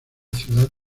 ciudad